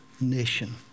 nation